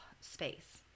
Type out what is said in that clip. space